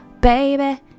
baby